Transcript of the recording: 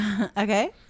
Okay